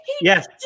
Yes